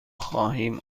خواهیم